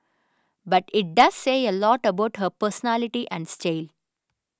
but it does say a lot about her personality and style